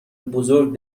بزرگ